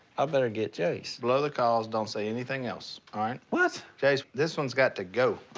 ah better get jase. blow the calls, don't say anything else. all right? what? jase, thise one's got to go,